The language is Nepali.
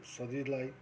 शरीरलाई